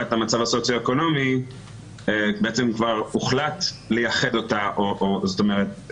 המצב הסוציו-אקונומי כבר הוחלט לייחד אותה זאת אומרת,